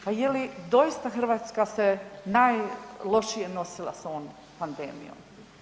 Pa je li doista Hrvatska se najlošije nosila sa ovom pandemijom?